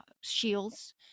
shields